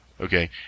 Okay